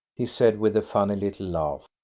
he said with a funny little laugh.